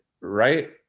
right